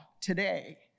today